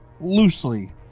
Loosely